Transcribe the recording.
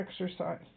exercise